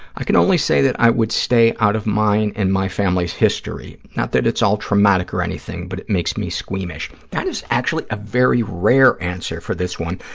i can only say that i would stay out of mine and my family's history, not that it's all traumatic or anything, but makes me squeamish. that is actually a very rare answer for this one,